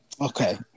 Okay